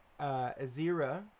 Azira